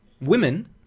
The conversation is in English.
Women